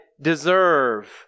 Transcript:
deserve